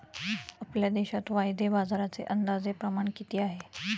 आपल्या देशात वायदे बाजाराचे अंदाजे प्रमाण किती आहे?